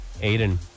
Aiden